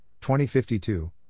2052